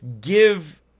give